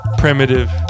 primitive